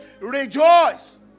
rejoice